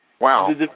Wow